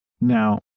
Now